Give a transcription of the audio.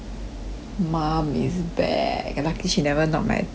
mom is back and lucky she never knock my door